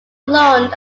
lund